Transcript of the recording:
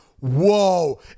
Whoa